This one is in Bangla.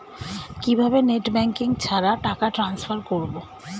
কিভাবে নেট ব্যাংকিং ছাড়া টাকা টান্সফার করব?